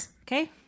Okay